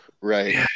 Right